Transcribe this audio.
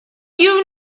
you